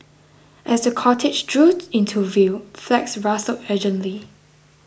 as the cortege drew into view flags rustled urgently